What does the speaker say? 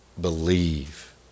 believe